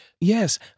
Yes